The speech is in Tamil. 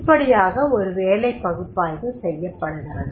இப்படியாக ஒரு வேலைப் பகுப்பாய்வு செய்யப்படுகிறது